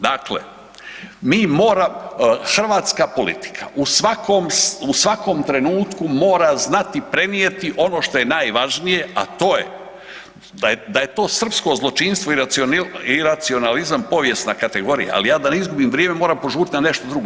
Dakle, mi moramo, hrvatska politika u svakom trenutku mora znati prenijeti ono što je najvažnije, a to je da je to srpsko zločinstvo i racionalizam povijesna kategorija, ali ja da ne izgubim vrijeme, moram požuriti na nešto drugo.